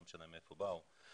ואכן לא משנה מהיכן הם באו.